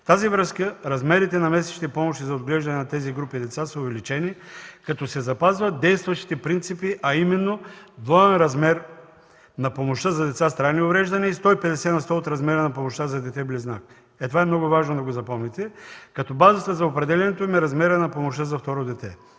В тази връзка размерите и на месечните помощи за отглеждане на тези групи деца са увеличени, като се запазват действащите принципи, а именно двоен размер на помощта за деца с трайни увреждания и 150 на сто от размера на помощта за дете-близнак –това е много важно да го запомните, като базата за определянето им е размерът на помощта за второ дете.